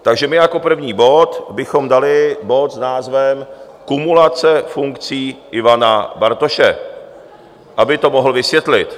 Takže my jako první bod bychom dali bod s názvem Kumulace funkcí Ivana Bartoše, aby to mohl vysvětlit.